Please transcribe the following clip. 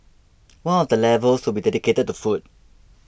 one of the levels will be dedicated to food